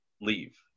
leave